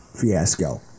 fiasco